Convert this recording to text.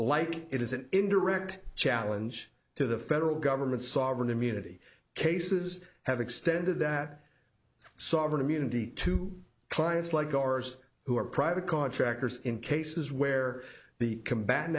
like it is an indirect challenge to the federal government sovereign immunity cases have extended that sovereign immunity to clients like ours who are private contractors in cases where the combat